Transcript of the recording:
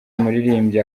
umuririmbyi